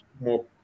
more